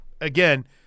Again